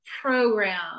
program